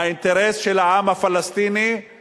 האינטרס של העם הפלסטיני הוא